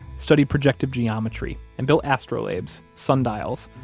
studied projective geometry and built astrolabes, sundials,